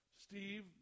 Steve